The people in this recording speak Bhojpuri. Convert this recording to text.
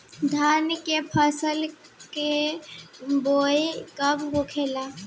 धान के फ़सल के बोआई कब होला?